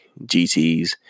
gts